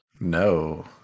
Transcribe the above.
No